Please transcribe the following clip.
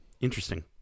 interesting